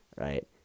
right